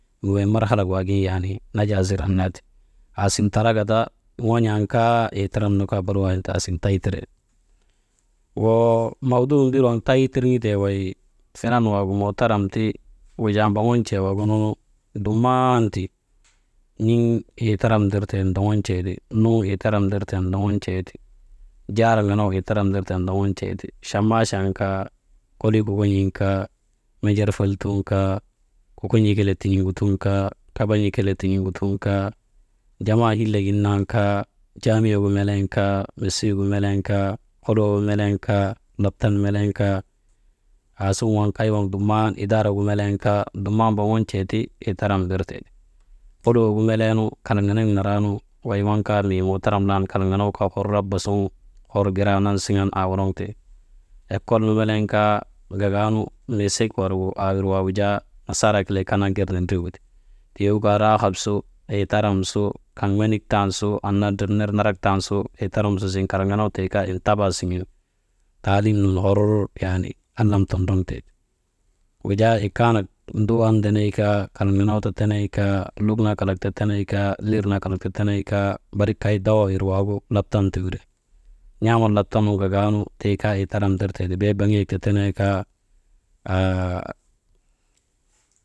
Wey marhalak waa gin yaanii naja zir annaa ti, asiŋen talaka ta ŋon̰an kaa, itaram nu kaa aasiŋen tay tire. Woo mawduu mbir waŋ tay tirŋetee wey, filan waagu muu taram ti, wujaa mboŋon̰ tee waagununu, dumman ti, n̰iŋ itaram ndirtee ti, ndoŋon̰tee ti nuŋ itaram ndirtee ti ndoŋn̰tee ti, jaarak nenegu itaram ndirtee ti ndoŋon̰ tee ti, chammaachan kaa, kolii kokon̰iin kaa, menjerfeltun kaa, kokon̰ii kelee tin̰iŋgutuun kaa, kamban̰ii kelee tin̰iŋgutun kaa, jamaa hillek gin nan kaa, jaamiyek gin nan kaa, mesiigu melen kaa halwa gu melen kaa, laptan melen kaa asuŋ waŋ kay waŋ dumman idaarak gu melen kaa, dumman mboŋon̰tee ti itaram mbirtee ti. Holwak gu melee nu kalak nenegu naraanu wey waŋ kaa mii mutaram laanu, kalak nenegu kaa hor raba su hor giraa nansiŋan aaworoŋte, lokol melen kaa gagaanu, meesek«hesitation» aa wirgu jaa, nasaaraa kelee kanaa gernindrigu ti, tii kaa raahap su, itaram su, kaŋ menik tan su, annaa drep ner narak tan su, itaram su zin kalak nenegu tii kaa intaba siŋen taalin nun yaanii hor alam tondroŋ tee ti. Wujaa ikaanak nduu an ndeney kaa, kalak nenegu ta teney kaa, luk naa kalak gu ta teney kaa, lir naa kalak ta teney kaa, barik kay dawa ir waagu laptan ta wiri, n̰aaman laptan nun gagaanu tii kaa itaram ndirtee ti bee baŋiyak ti tenee kaa, haa.